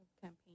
campaign